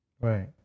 Right